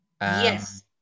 Yes